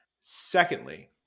Secondly